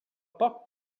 poc